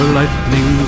lightning